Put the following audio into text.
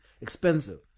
expensive